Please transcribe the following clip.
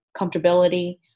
comfortability